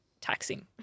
taxing